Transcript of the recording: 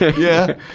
yeah.